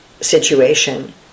situation